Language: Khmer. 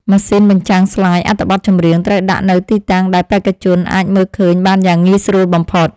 ម៉ាស៊ីនបញ្ចាំងស្លាយអត្ថបទចម្រៀងត្រូវដាក់នៅទីតាំងដែលបេក្ខជនអាចមើលឃើញបានយ៉ាងងាយស្រួលបំផុត។